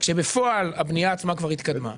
כשבפועל הבנייה עצמה כבר התקדמה,